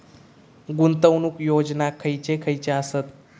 गुंतवणूक योजना खयचे खयचे आसत?